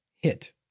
hit